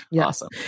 Awesome